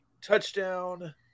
touchdown